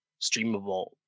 streamable